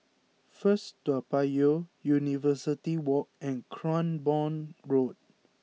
First Toa Payoh University Walk and Cranborne Road